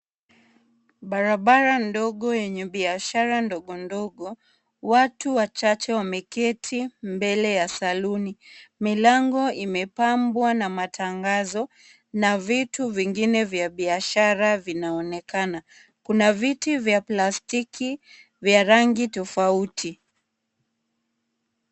Barabara ndogo yenye biashara ndogo ndogo. Watu wachache wameketi, mbele ya saluni. Milango imepambwa na matangazo, na vitu vingine vya biashara vinaonekana. Kuna viti vya plastiki, vya rangi tofauti.